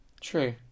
True